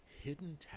Hidden